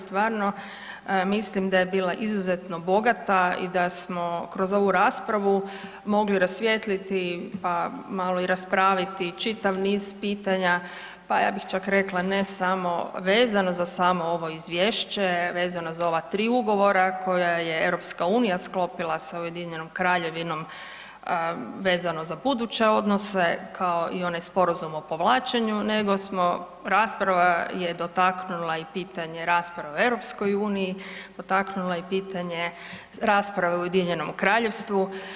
Stvarno mislim da je bila izuzetno bogata i da smo kroz ovu raspravu mogli rasvijetliti pa malo i raspraviti čitav niz pitanja pa ja bih čak rekla ne samo, vezano za samo ovo izvješće, vezano za ova 3 ugovora koja je EU sklopila sa Ujedinjenom Kraljevinom vezano za buduće odnose kao i onaj sporazum o povlačenju nego smo, rasprava je dotaknula i pitanje rasprave o EU, potaknula je i pitanje rasprave o Ujedinjenom Kraljevstvu.